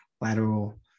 lateral